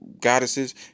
goddesses